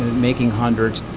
making hundreds.